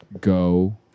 go